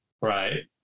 right